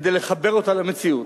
כדי לחבר אותה למציאות.